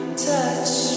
touch